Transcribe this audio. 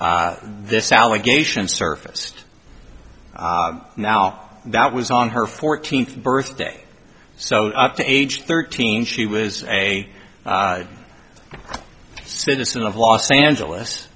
this allegations surfaced now that was on her fourteenth birthday so up to age thirteen she was a citizen of los angeles